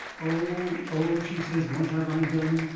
oh, oh! she says, what have i done?